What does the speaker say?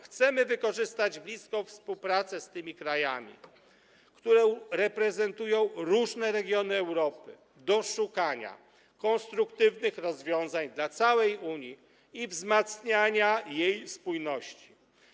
Chcemy wykorzystać bliską współpracę z tymi krajami, które reprezentują różne regiony Europy, do szukania konstruktywnych rozwiązań dla całej Unii i wzmacniania jej spójności.